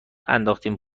انداختین